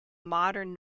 modern